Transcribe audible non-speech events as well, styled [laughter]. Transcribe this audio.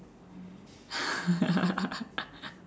[laughs]